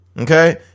Okay